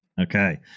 Okay